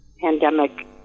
pandemic